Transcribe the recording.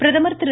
பிரதமர் திரு